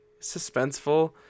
suspenseful